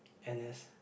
N_S